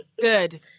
good